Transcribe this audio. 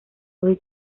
hoy